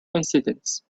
incidents